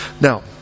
Now